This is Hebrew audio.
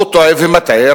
הוא טועה ומטעה.